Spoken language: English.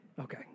Okay